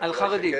לגבי החרדים.